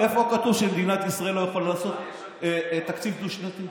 איפה כתוב שמדינת ישראל לא יכולה לעשות תקציב דו-שנתי?